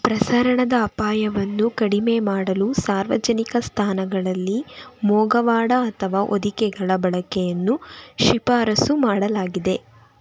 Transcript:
ಪ್ರಸರಣದ ಅಪಾಯವನ್ನು ಕಡಿಮೆ ಮಾಡಲು ಸಾರ್ವಜನಿಕ ಸ್ಥಾನಗಳಲ್ಲಿ ಮೊಗವಾಡ ಅಥವಾ ಹೊದಿಕೆಗಳ ಬಳಕೆಯನ್ನು ಶಿಫಾರಸು ಮಾಡಲಾಗಿದೆ